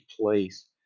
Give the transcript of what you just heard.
place